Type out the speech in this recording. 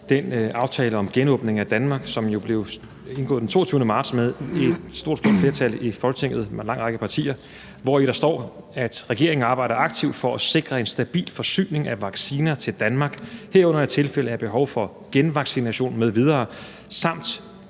den aftale om genåbning af Danmark, som jo blev indgået den 22. marts 2021 med et stort, stort flertal i Folketinget med en lang række partier, hvori der står: »Regeringen arbejder aktivt for at sikre en stabil forsyning af vacciner til Danmark – herunder i tilfælde af behov for gen-vaccination mv. samt